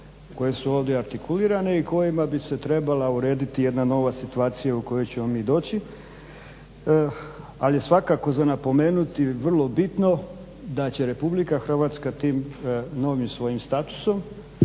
koje su ovdje artikulirane i kojima bi se trebala urediti jedna nova situacija u koju ćemo mi doći, ali je svakako za napomenuti vrlo bitno da će RH tim novim svojim statusom